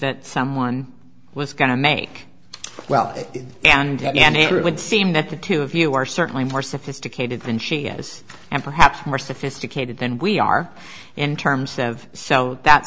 that someone was going to make well and and it would seem that the two of you are certainly more sophisticated than she has and perhaps more sophisticated than we are in terms of so that